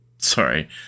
Sorry